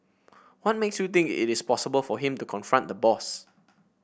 what makes you think it is possible for him to confront the boss